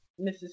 Mrs